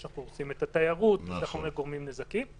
שאנחנו הורסים את התיירות ושאנחנו גורמים נזקים.